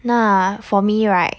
那 for me right